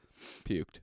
Puked